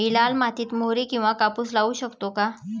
मी लाल मातीत मोहरी किंवा कापूस लावू शकतो का?